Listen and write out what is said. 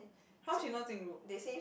how she know Jing Ru